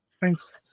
Thanks